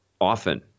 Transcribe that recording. Often